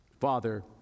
Father